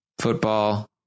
football